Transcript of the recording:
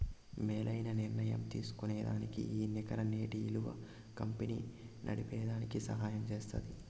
మేలైన నిర్ణయం తీస్కోనేదానికి ఈ నికర నేటి ఇలువ కంపెనీ నడిపేదానికి సహయం జేస్తుంది